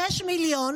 לרשותך, אדוני.